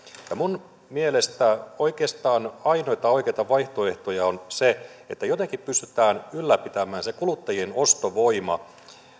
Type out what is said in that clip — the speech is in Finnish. minun mielestäni oikeastaan ainoita oikeita vaihtoehtoja ovat sellaiset että jotenkin pystytään ylläpitämään se kuluttajien ostovoima